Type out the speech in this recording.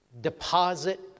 deposit